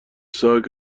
ساک